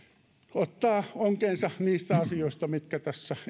ottaa onkeensa niistä asioista mitkä tässä